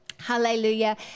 Hallelujah